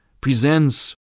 presents